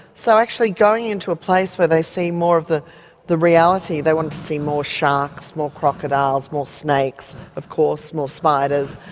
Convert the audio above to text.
so actually going into a place where they see more of the the reality they wanted to see more sharks, more crocodiles, more snakes of course more spiders,